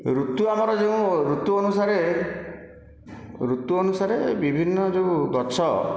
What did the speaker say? ଋତୁ ଆମର ଯେଉଁ ଋତୁ ଅନୁସାରେ ଋତୁ ଅନୁସାରେ ବିଭିନ୍ନ ଯେଉଁ ଗଛ